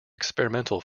experimental